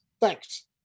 thanks